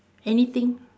anything